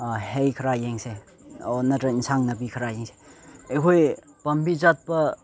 ꯍꯩ ꯈꯔ ꯌꯦꯡꯁꯦ ꯑꯣ ꯅꯠꯇ꯭ꯔꯥ ꯑꯦꯟꯁꯥꯡ ꯅꯥꯄꯤ ꯈꯔ ꯌꯦꯡꯁꯦ ꯑꯩꯈꯣꯏ ꯄꯥꯝꯕꯤ ꯆꯠꯄ